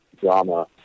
drama